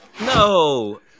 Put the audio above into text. No